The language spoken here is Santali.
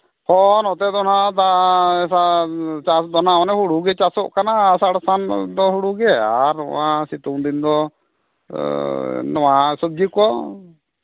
ᱦᱚᱸ ᱱᱚᱛᱮ ᱫᱚ ᱱᱟᱦᱟᱸᱜ ᱫᱟᱜ ᱪᱟᱥ ᱫᱚ ᱱᱟᱜ ᱚᱱᱮ ᱦᱩᱲᱩ ᱜᱮ ᱪᱟᱥᱚᱜ ᱠᱟᱱᱟ ᱟᱥᱟᱲ ᱥᱟᱱ ᱫᱚ ᱦᱩᱲᱩ ᱜᱮ ᱟᱨ ᱱᱚᱣᱟ ᱥᱤᱛᱩᱝ ᱫᱤᱱ ᱫᱚ ᱱᱚᱣᱟ ᱥᱚᱵᱽᱡᱤ ᱠᱚ